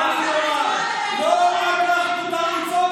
עם כל הכבוד, כשמנהלת סיעה פונה לחברת כנסת,